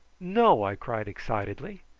no! i cried excitedly.